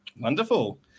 Wonderful